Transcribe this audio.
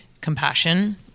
compassion